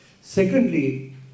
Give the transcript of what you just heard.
Secondly